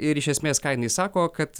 ir iš esmės ką jinai sako kad